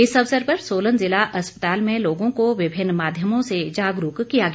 इस अवसर पर सोलन ज़िला अस्पताल में लोगों को विभिन्न माध्यमों से जागरूक किया गया